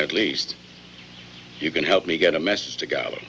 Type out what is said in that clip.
at least you can help me get a message to go